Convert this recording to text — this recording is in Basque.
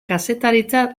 kazetaritza